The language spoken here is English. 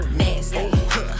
nasty